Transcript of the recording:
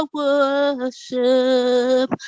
worship